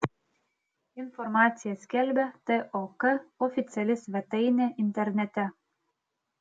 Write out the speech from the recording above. informaciją skelbia tok oficiali svetainė internete